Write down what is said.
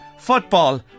football